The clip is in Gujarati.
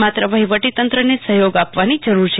માત્ર વહીવટીતત્રને સહયોગ આપ વાની જરૂર છે